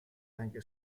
anche